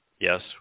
Yes